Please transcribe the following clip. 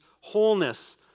wholeness